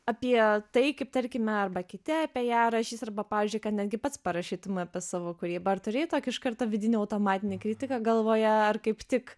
apie tai kaip tarkime arba kiti apie ją rašys arba pavyzdžiui kad netgi pats parašytum apie savo kūrybą ar turėjai tokį iš karto vidinį automatinį kritiką galvoje ar kaip tik